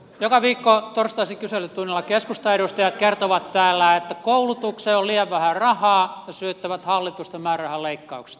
joka viikko torstaisin kyselytunnilla keskustan edustajat kertovat täällä että koulutukseen on liian vähän rahaa ja syyttävät hallitusta määrärahaleikkauksista